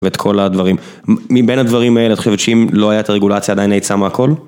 ואת כל הדברים, מבין הדברים האלה את חושבת שאם לא היה את הרגולציה עדיין היית שמה הכל?